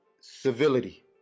civility